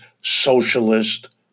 Socialist